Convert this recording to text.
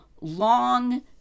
long